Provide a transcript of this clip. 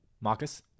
Marcus